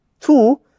Two